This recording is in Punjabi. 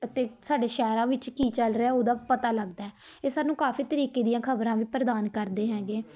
ਅਤੇ ਸਾਡੇ ਸ਼ਹਿਰਾਂ ਵਿੱਚ ਕੀ ਚੱਲ ਰਿਹਾ ਉਹਦਾ ਪਤਾ ਲੱਗਦਾ ਇਹ ਸਾਨੂੰ ਕਾਫੀ ਤਰੀਕੇ ਦੀਆਂ ਖ਼ਬਰਾਂ ਵੀ ਪ੍ਰਦਾਨ ਕਰਦੇ ਹੈਗੇ